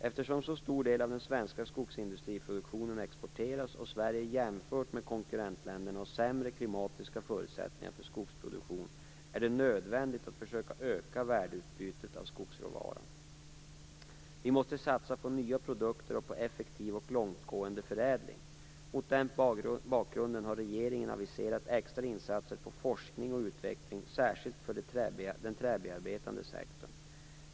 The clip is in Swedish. Eftersom så stor del av den svenska skogsindustriproduktionen exporteras och Sverige jämfört med konkurrentländerna har sämre klimatiska förutsättningar för skogsproduktion är det nödvändigt att försöka öka värdeutbytet av skogsråvaran. Vi måste satsa på nya produkter och på effektiv och långtgående förädling. Mot den bakgrunden har regeringen aviserat extra insatser för forskning och utveckling särskilt i den träbearbetande sektorn.